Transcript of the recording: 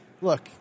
Look